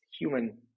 human